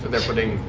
they're putting